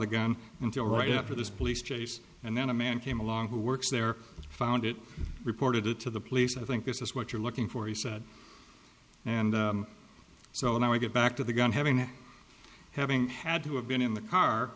the gun until right after this police chase and then a man came along who works there found it reported to the police i think this is what you're looking for he said and so now we get back to the gun having having had to have been in the car